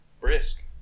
Brisk